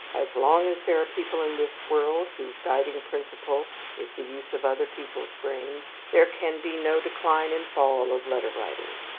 as long as there are people in this world whose guiding principle is the use of other people's brains, there can be no decline and fall of letter-writing.